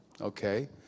Okay